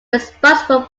responsible